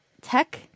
tech